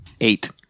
Eight